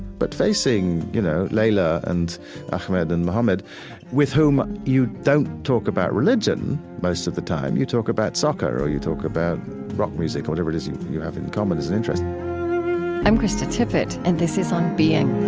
but facing, you know, leyla and ahmed and mohammed with whom you don't talk about religion most of the time. you talk about soccer or you talk about rock music or whatever it is you you have in common as an interest i'm krista tippett, and this is on being